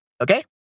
Okay